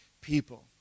people